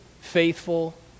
faithful